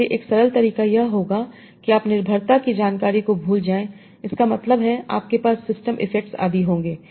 इसलिए एक सरल तरीका यह होगा कि आप निर्भरता की जानकारी को भूल जाएं इसका मतलब है आपके पास सिस्टम इफेक्ट्स आदि होंगे